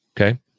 Okay